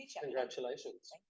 congratulations